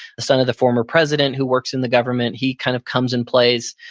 son of the former president who works in the government, he kind of comes and plays.